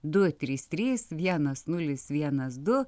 du trys trys vienas nulis vienas du